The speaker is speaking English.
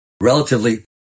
relatively